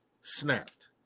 snapped